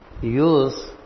use